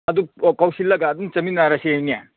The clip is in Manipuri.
ꯑꯗꯨ ꯑꯣ ꯀꯧꯁꯤꯜꯂꯒ ꯑꯗꯨꯝ ꯆꯠꯃꯤꯟꯅꯔꯁꯤ ꯑꯅꯦ